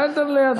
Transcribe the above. חדר לידה.